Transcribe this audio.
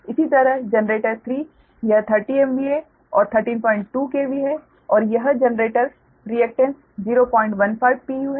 इसी तरह जनरेटर 3 यह 30 MVA और 132 KV है और यह जनरेटर रिएकटेन्स 015 pu है